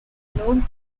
known